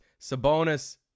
sabonis